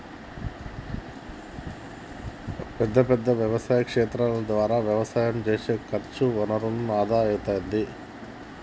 పెద్ద పెద్ద వ్యవసాయ క్షేత్రాల ద్వారా వ్యవసాయం చేస్తే ఖర్చు వనరుల ఆదా అయితది